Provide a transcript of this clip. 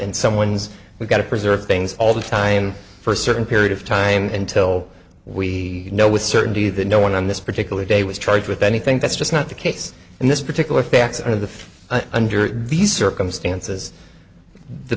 in someone's we've got to preserve things all the time for a certain period of time until we know with certainty that no one on this particular day was charged with anything that's just not the case in this particular facts of the under these circumstances the